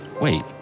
Wait